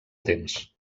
temps